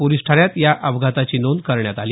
police ठाण्यात या अपघाताची नोंद करण्यात आली